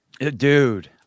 Dude